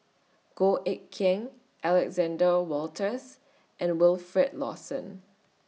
Goh Eck Kheng Alexander Wolters and Wilfed Lawson